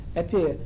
appear